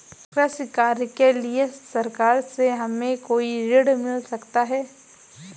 कृषि कार्य के लिए सरकार से हमें कोई ऋण मिल सकता है?